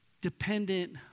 dependent